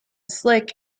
slick